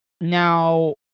Now